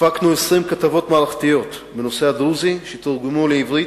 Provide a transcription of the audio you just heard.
הפקנו כ-20 כתבות מערכתיות בנושא הדרוזי שתורגמו לעברית,